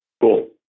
Cool